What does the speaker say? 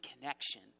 connection